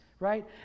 right